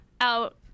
out